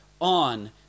on